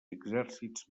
exèrcits